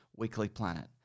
weeklyplanet